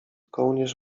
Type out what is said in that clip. kołnierz